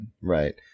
Right